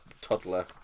toddler